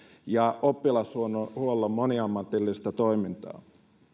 ja oppilashuollon moniammatillista toimintaa